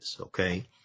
Okay